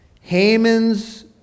Haman's